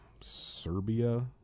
Serbia